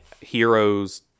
heroes